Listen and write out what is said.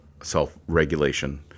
self-regulation